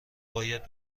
باید